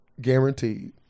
guaranteed